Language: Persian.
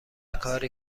کاری